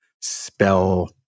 spell